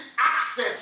access